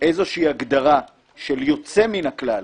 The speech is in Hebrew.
איזושהי הגדרה של יוצא מן הכלל,